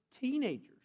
teenagers